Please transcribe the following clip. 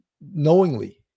knowingly